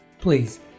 Please